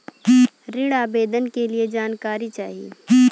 ऋण आवेदन के लिए जानकारी चाही?